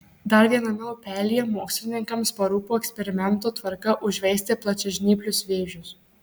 dar viename upelyje mokslininkams parūpo eksperimento tvarka užveisti plačiažnyplius vėžius